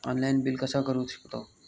Online bill कसा करु शकतव?